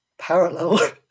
parallel